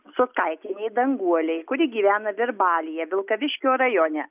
sutkaitienei danguolei kuri gyvena virbalyje vilkaviškio rajone